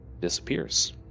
disappears